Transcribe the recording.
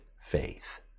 faith